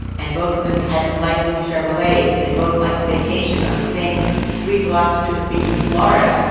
and both of them had light blue chevrolets. they both liked to vacation on the same three-block strip of beach in florida.